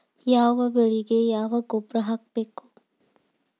ಯಾವ ಬೆಳಿಗೆ ಯಾವ ಗೊಬ್ಬರ ಹಾಕ್ಬೇಕ್?